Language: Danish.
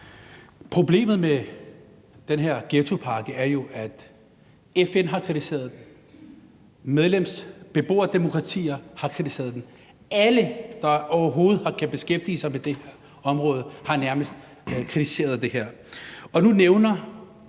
Problemet med den her ghettopakke er jo, at FN har kritiseret den. Beboerdemokratier har kritiseret den. Nærmest alle, der overhovedet har beskæftiget sig med det område, har kritiseret det her.